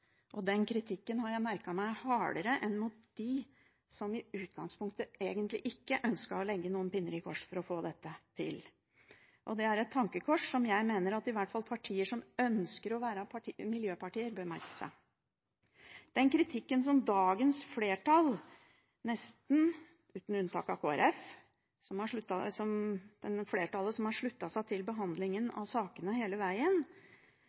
beinhard. Den kritikken har jeg merket meg at er hardere enn kritikken mot dem som i utgangspunktet egentlig ikke ønsket å legge to pinner i kors for å få dette til. Det er et tankekors, som jeg mener i hvert fall partier som ønsker å være miljøpartier, bør merke seg. Den kritikken dagens flertall – nesten, med unntak av Kristelig Folkeparti – flertallet som har sluttet seg til behandlingen av sakene hele veien,